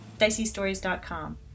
DiceyStories.com